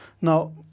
Now